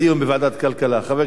חבר הכנסת דב חנין,